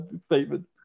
statement